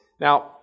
Now